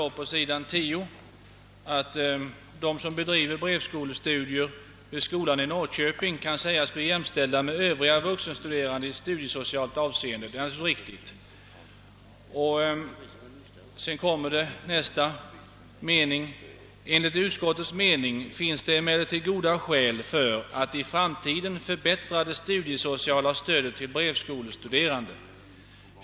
På s. 10 står: »De som bedriver brevskolestudier vid skolan i Norrköping kan sägas bli jämställda med övriga vuxenstuderande i studiesocialt avseende.» Det är naturligtvis riktigt. Vidare står det: »Enligt utskotlets mening finns det emellertid goda skäl för att i framtiden förbättra det studiesociala stödet till brevskolestuderande.